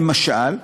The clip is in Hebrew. למשל,